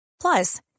Plus